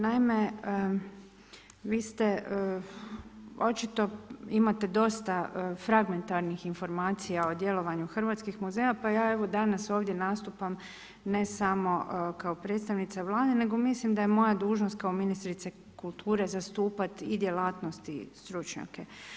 Naime, vi očito imate dosta fragmentarnih informacija o djelovanju Hrvatskih muzeja pa ja danas ovdje nastupam ne samo kao predstavnica Vlade, nego mislim da je moja dužnost kao ministrice kulture zastupat i djelatnosti, stručnjake.